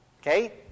Okay